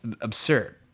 absurd